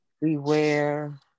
Beware